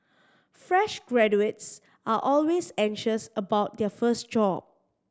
fresh graduates are always anxious about their first job